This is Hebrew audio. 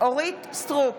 אורית מלכה סטרוק,